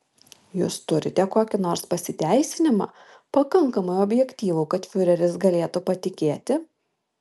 jūs turite kokį nors pasiteisinimą pakankamai objektyvų kad fiureris galėtų patikėti